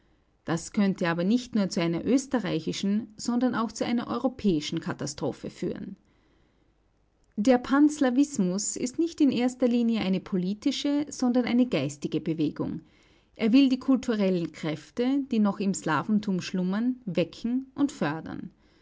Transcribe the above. das könnte aber nicht nur zu einer österreichischen sondern auch zu einer europäischen katastrophe führen der panslavismus ist nicht in erster linie eine politische sondern eine geistige bewegung er will die kulturellen kräfte die noch im slawentum schlummern wecken und fördern